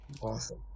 Awesome